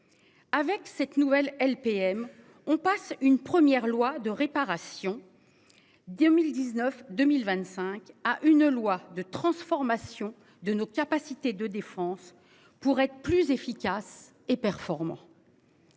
Avec cette nouvelle LPM on passe une première loi de réparation. 2019 2025 à une loi de transformation de nos capacités de défense pour être plus efficace et performant.